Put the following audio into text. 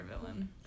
villain